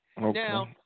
Now